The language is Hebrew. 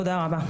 תודה רבה.